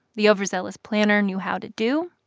the overzealous planner, knew how to do,